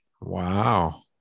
Wow